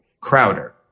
Crowder